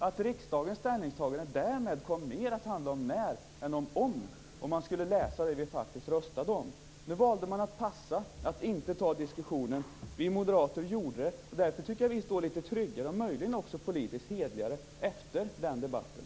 Om man skulle läsa det vi faktiskt röstade om skulle man kunna se att riksdagens ställningstagande därmed mer kom att handla om när än om om. Nu valde man att passa och att inte ta diskussionen. Vi moderater gjorde det. Därför tycker jag att vi står litet tryggare, och möjligen också politiskt hederligare, efter den debatten.